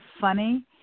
funny